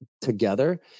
together